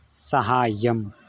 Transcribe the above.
साहाय्यम्